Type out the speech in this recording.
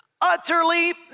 utterly